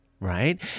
right